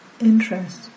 interest